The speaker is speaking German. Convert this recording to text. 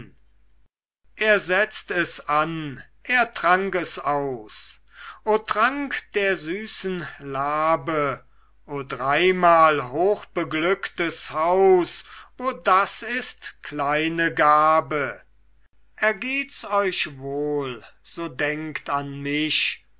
er setzt es an er trank es aus o trank der süßen labe o dreimal hochbeglücktes haus wo das ist kleine gabe ergeht's euch wohl so denkt an mich